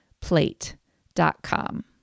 plate.com